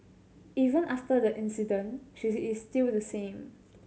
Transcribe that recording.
even after the incident she is still the same